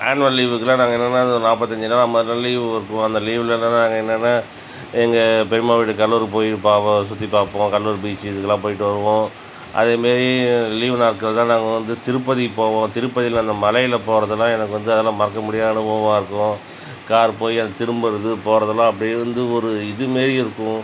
annual லீவுக்கெலாம் நாங்கள் என்னெனா இந்த நாற்பத்தஞ்சி நாள் ஐம்பது நாள் லீவு வரும் அந்த லீவுலெலாம் நாங்கள் என்னெனா எங்கள் பெரிம்மா வீட்டுக்கு கடலூர் போய் பார்ப்போம் சுற்றி பார்ப்போம் கடலூர் பீச்சு இதுக்கெலாம் போய்விட்டு வருவோம் அதே மாரி லீவ் நாட்களில் தான் நாங்கள் வந்து திருப்பதி போவோம் திருப்பதியில் அந்த மலையில் போவது தான் எனக்கு வந்து அதெலாம் மறக்கமுடியாத அனுபவமாக இருக்கும் கார் போய் அது திரும்புவது போகிறதுலாம் அப்படியே வந்து ஒரு இது மாரி இருக்கும்